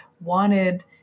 wanted